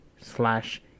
slash